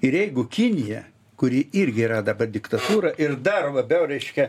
ir jeigu kinija kuri irgi yra dabar diktatūra ir dar labiau reiškia